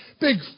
big